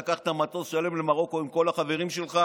לקחת מטוס שלם למרוקו עם כל החברים שלך